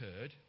heard